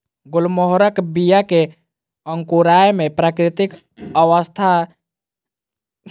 गुलमोहरक बीया के अंकुराय मे प्राकृतिक अवस्था मे सात वर्षक समय लगैत छै